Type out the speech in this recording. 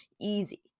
easy